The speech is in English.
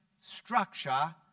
structure